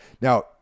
Now